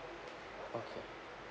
okay